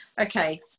okay